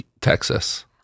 Texas